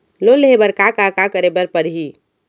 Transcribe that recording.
Loan लेहे बर का का का करे बर परहि?